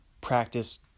practice